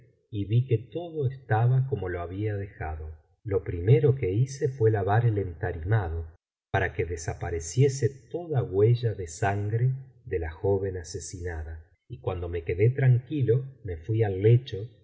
y vi que todo estaba como lo había dejado lo primero que hice fué lavar el entarimado para que desapareciese toda huella de sangre de la joven asesinada y cuando me quedé tranquilo me fui al lecho